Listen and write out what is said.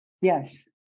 Yes